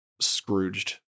Scrooged